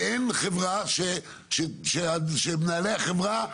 ואין חברה שמנהלי החברה